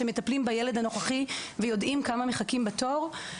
שמטפלים בילד הנוכחי ויודעים כמה מחכים בתור,